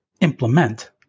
implement